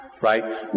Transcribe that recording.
Right